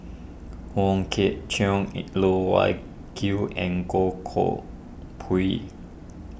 Wong Kwei Cheong Loh Wai Kiew and Goh Koh Pui